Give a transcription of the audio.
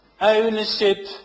ownership